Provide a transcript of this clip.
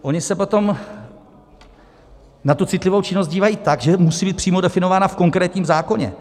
Oni se potom na tu citlivou činnost dívají tak, že musí být přímo definována v konkrétním zákoně.